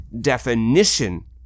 definition